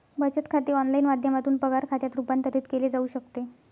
बचत खाते ऑनलाइन माध्यमातून पगार खात्यात रूपांतरित केले जाऊ शकते